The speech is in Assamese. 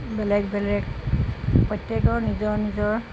বেলেগ বেলেগ প্ৰত্যেকৰ নিজৰ নিজৰ